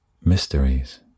Mysteries